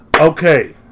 Okay